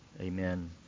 Amen